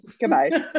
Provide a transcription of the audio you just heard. goodbye